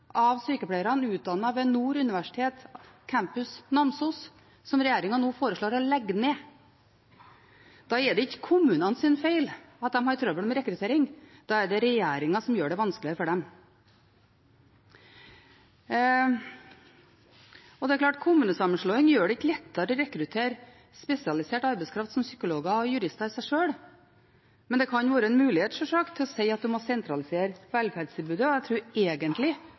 av sykepleierne utdannet ved Nord universitet campus Namsos, som regjeringen nå foreslår å legge ned. Da er det ikke kommunenes feil at de har trøbbel med rekruttering. Da er det regjeringen som gjør det vanskeligere for dem. Det er klart at kommunesammenslåing gjør det ikke lettere å rekruttere spesialisert arbeidskraft som psykologer og jurister i seg sjøl, men det kan sjølsagt være en mulighet til å si at en må sentralisere velferdstilbudet. Jeg tror egentlig